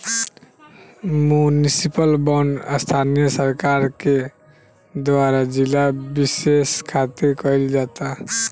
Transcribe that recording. municipal bond स्थानीय सरकार के द्वारा जिला बिशेष खातिर कईल जाता